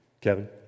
Kevin